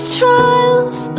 trials